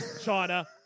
China